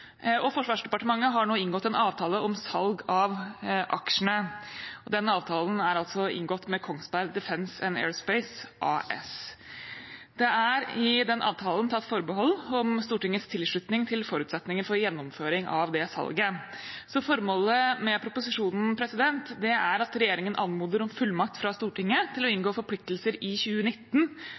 og Forsvarsdepartementet har nå inngått en avtale om salg av aksjene. Denne avtalen er inngått med Kongsberg Defence & Aerospace AS. Det er i den avtalen tatt forbehold om Stortingets tilslutning til forutsetninger for gjennomføring av salget, så formålet med proposisjonen er at regjeringen anmoder om fullmakt fra Stortinget til å inngå forpliktelser i 2019